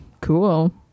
cool